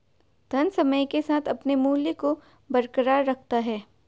धन समय के साथ अपने मूल्य को बरकरार रखता है